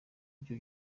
ibyo